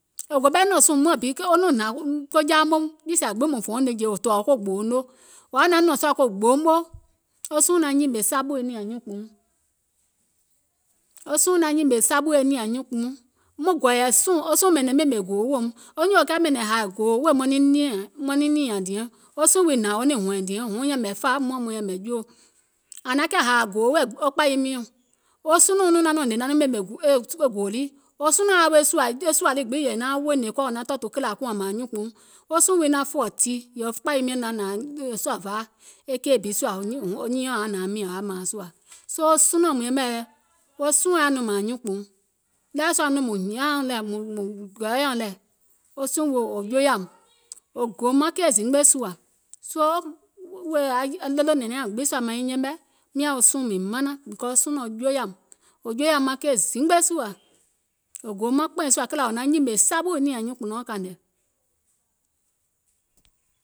Wò go ɓɛɛ nɔ̀ŋ sùùŋ muȧŋ bi, kɛɛ wo nɔŋ hnȧŋ ko jaameum niì sìȧ gbiŋ mùŋ fòuŋ nɛ̀ŋje wò tɔ̀ɔ̀ ko gboouŋ noo, wò yaȧ naȧŋ nɔ̀ŋ sùȧ ko gboo moo, wo suùŋ naŋ nyìmè saɓù e nìȧŋ nyuùnkpùuŋ, wo suùŋ naŋ nyìmè saɓù e nìȧŋ nyuùnkpùuŋ, maŋ gɔ̀ɔ̀yɛ̀ suùŋ, suùŋ ɓɛ̀nɛ̀ŋ ɓèmè gòò weèum, wo nyùùŋ kiȧ ɓɛ̀nɛ̀ŋ hȧȧ gòò weèum wèè maŋ niŋ nììȧŋ diɛŋ, wo suùŋ wii hnȧŋ wo niŋ hɔ̀ɛ̀ŋ diɛŋ huŋ yɛ̀mɛ̀ fȧa muȧŋ maŋ yɛ̀mɛ̀ joo, ȧŋ naŋ kiȧ hȧȧ gòò wèè wo kpȧyi miɔ̀ŋ, wo sunùuŋ nɔɔ̀ŋ naŋ nɔŋ wo ɓèmè gòò lii, wo sunɔ̀ɔŋ yaȧ weè e sùȧ, e sùȧ lii gbiŋ nauŋ wèènè kɔɔ, wo kìlȧ kùȧŋ mȧȧŋ nyuùnkpùuŋ, wo suùŋ wii naŋ fɔ̀ tì, yèè wo kpȧyi miɔ̀ŋ naŋ jòèyè keì bi sùȧ, wɔŋ nyiiɔ̀ŋ yȧauŋ nȧaŋ mìȧŋ wò yaȧ nȧaŋ mȧaŋ sùȧ, soo sunɔ̀ɔŋ mùŋ yɛmɛ̀ yɛi, wo suùŋ yaȧ nɔŋ mȧȧŋ nyuùnkpùuŋ, ɗeweɛ̀ sua nɔŋ mùŋ gɔɔyɛ̀uŋ yɛi nɔŋ wò joeyȧùm, wò gòùm maŋ keì zimgbe sùȧ, maŋ ɗolònɛ̀ŋ maŋ gbiŋ sùȧ maŋ yɛmɛ̀, miȧŋ wo suùŋ mìŋ manaŋ, wo sunɔ̀ɔŋ joeyȧùm, wò joeyȧùm maŋ keì zimgbe sùȧ, wò gòùm maŋ kpɛ̀ɛŋ zimgbe sùȧ kìlȧ wò naŋ nyìmè saɓù e nìȧŋ nyuùnkpùnɔɔ̀ŋ kȧìŋ nɛ,